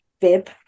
bib